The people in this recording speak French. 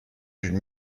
d’une